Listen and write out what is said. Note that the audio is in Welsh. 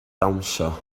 dawnsio